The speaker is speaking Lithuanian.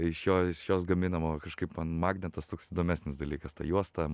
iš jo iš jos gaminama o kažkaip man magnetas toks įdomesnis dalykas ta juosta